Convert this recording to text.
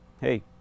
Hey